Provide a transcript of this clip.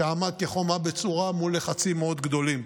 שעמד כחומה בצורה מול לחצים מאוד גדולים.